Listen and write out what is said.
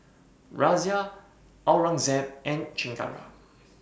Razia Aurangzeb and Chengara